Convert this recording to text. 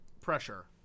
pressure